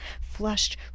flushed